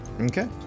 okay